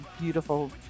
beautiful